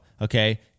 Okay